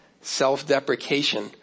self-deprecation